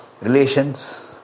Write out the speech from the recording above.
relations